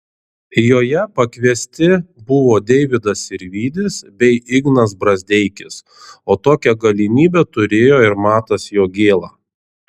joje pakviesti buvo deividas sirvydis bei ignas brazdeikis o tokią galimybę turėjo ir matas jogėla